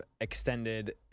extended